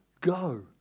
go